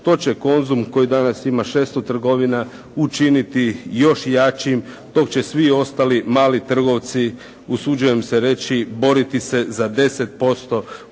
to će "Konzum" koji danas ima 600 trgovina učiniti još jačim, dok će svi ostali mali trgovci, usuđujem se reći boriti se za 10%